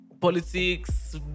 politics